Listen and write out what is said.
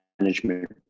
management